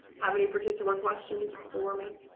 have any particular questions for me?